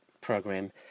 program